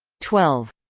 twelve.